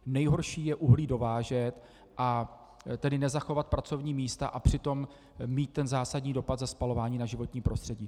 Nejhorší je uhlí dovážet, a tedy nezachovat pracovní místa, a přitom mít zásadní dopad ze spalování na životní prostředí.